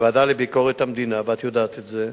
בוועדה לביקורת המדינה, ואת יודעת את זה,